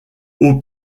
aux